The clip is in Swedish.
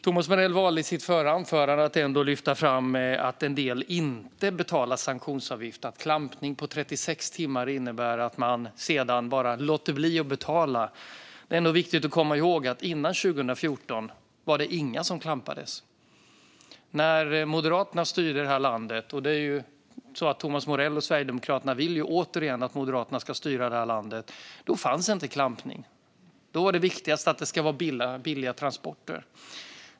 Thomas Morell valde i sitt förra anförande att lyfta fram att en del inte betalar sanktionsavgift - att klampning under 36 timmar innebär att man sedan bara låter bli att betala. Det är ändå viktigt att komma ihåg att det före 2014 inte var några fordon som klampades. När Moderaterna styrde i det här landet, vilket Thomas Morell och Sverigedemokraterna vill att de återigen ska göra, fanns inte klampning. Då var det viktigaste att transporterna skulle vara billiga.